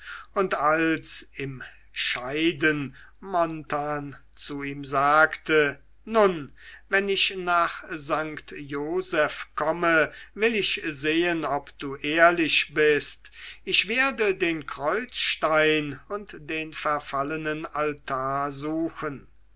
und als im scheiden jarno zu ihm sagte nun wenn ich nach st joseph komme will ich sehen ob du ehrlich bist ich werde den kreuzstein und den verfallenen altar suchen